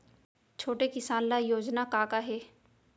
छोटे किसान ल योजना का का हे?